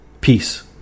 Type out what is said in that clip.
Peace